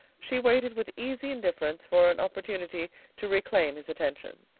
she waited with easy indifference for an opportunity to reclaim his attention.